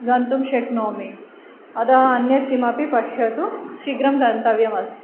गन्तुं शक्नोमि अतः अन्यत्किमपि पश्यतु शीघ्रं गन्तव्यमस्ति